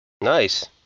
Nice